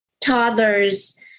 toddlers